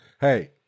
Hey